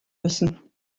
müssen